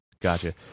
Gotcha